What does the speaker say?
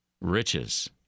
Riches